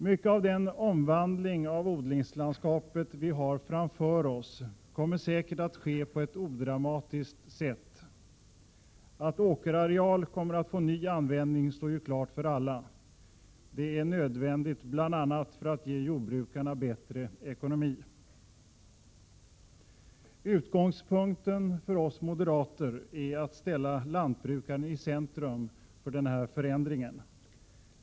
Mycket av den omvandling av odlingslandskapet vi nu har framför oss kommer säkert att ske på ett odramatiskt sätt. Att åkerareal kommer att få ny användning står ju klart för alla. Det är nödvändigt bl.a. för att ge jordbrukarna en bättre ekonomi. Utgångspunkten för oss moderater är att ställa lantbrukaren i centrum för denna förändring.